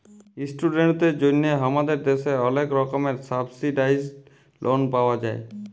ইশটুডেন্টদের জন্হে হামাদের দ্যাশে ওলেক রকমের সাবসিডাইসদ লন পাওয়া যায়